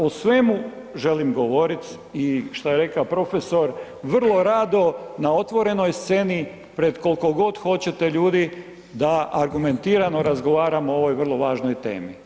O svemu želim govoriti i što je rekao profesor, vrlo rado na otvorenoj sceni pred koliko god hoćete ljudi da argumentiramo razgovaramo o ovoj vrlo važnoj temi.